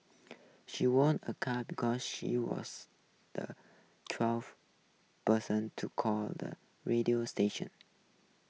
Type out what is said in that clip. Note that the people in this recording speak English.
she won a car because she was the twelfth person to call the radio station